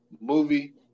movie